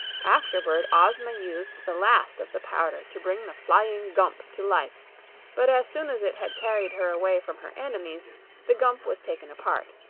afterward, ozma used the last of the powder to bring the flying gump to life but as soon as it had carried her away from her enemies the gump was taken apart,